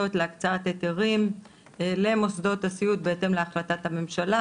להקצאת היתרים למוסדות הסיעוד בהתאם להחלטת הממשלה,